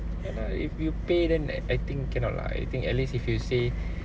ya lah if you pay then I think cannot lah I think at least if you say